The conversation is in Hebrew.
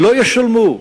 לא ישלמו.